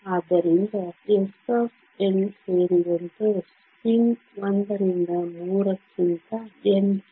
ಆದ್ದರಿಂದ s ಸೇರಿದಂತೆ spin 1 ರಿಂದ 3 ಕ್ಕಿಂತ n3